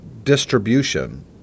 distribution